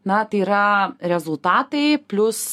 na tai yra rezultatai plius